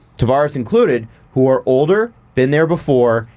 tavares included, who are older, been there before,